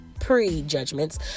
pre-judgments